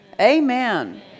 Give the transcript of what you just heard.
Amen